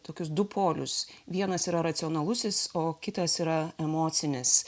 tokius du polius vienas yra racionalusis o kitas yra emocinis